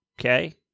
Okay